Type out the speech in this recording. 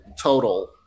total